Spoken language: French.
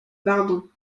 pardon